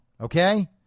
okay